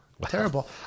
Terrible